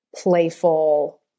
playful